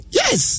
yes